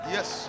Yes